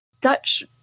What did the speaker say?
Dutch